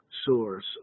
source